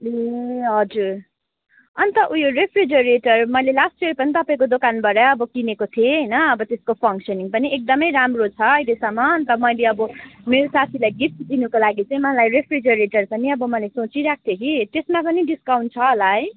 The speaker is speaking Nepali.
ए हजुर अन्त उयो रिफ्रिजरेटर मैले लास्ट इयर पनि तपाईँको दोकानबाटै अब किनेको थिएँ होइन अब त्यसको फङ्सनिङ पनि एकदमै राम्रो छ अहिलेसम्म अन्त मैले अब मेरो साथीलाई गिफ्ट दिनुको लागि चाहिँ मलाई रिफ्रिजरेटर पनि अब मैले सोचिराखेको थिएँ कि त्यसमा पनि डिस्काउन्ट छ होला है